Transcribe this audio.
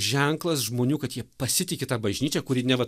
ženklas žmonių kad jie pasitiki ta bažnyčia kuri neva